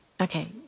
Okay